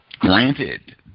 Granted